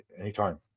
Anytime